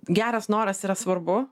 geras noras yra svarbu